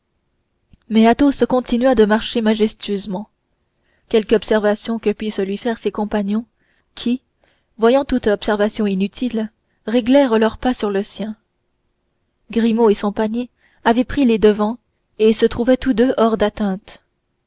mais athos continua de marcher majestueusement quelque observation que pussent lui faire ses compagnons qui voyant toute observation inutile réglèrent leur pas sur le sien grimaud et son panier avaient pris les devants et se trouvaient tous deux hors d'atteinte